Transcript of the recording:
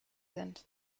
sind